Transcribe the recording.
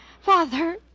Father